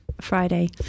Friday